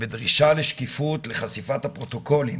בדרישה לשקיפות, לחשיפת הפרוטוקולים